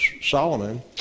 Solomon